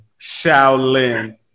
Shaolin